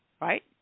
right